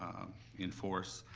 enforce